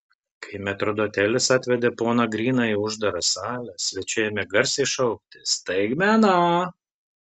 kai metrdotelis atvedė poną griną į uždarą salę svečiai ėmė garsiai šaukti staigmena